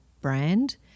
brand